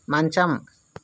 మంచం